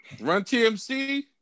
Run-TMC